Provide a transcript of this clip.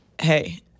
hey